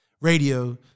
radio